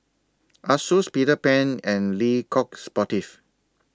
Asus Peter Pan and Le Coq Sportif